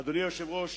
אדוני היושב-ראש,